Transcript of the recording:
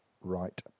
right